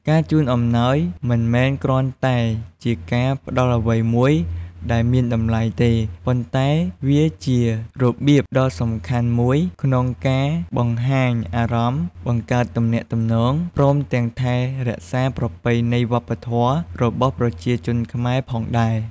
ការជូនអំណោយមិនមែនគ្រាន់តែជាការផ្ដល់អ្វីមួយដែលមានតម្លៃទេ ប៉ុន្តែវាជារបៀបដ៏សំខាន់មួយក្នុងការបង្ហាញអារម្មណ៍ បង្កើតទំនាក់ទំនង ព្រមទាំងថែរក្សាប្រពៃណីវប្បធម៌របស់ប្រជាជនខ្មែរផងដែរ។